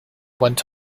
went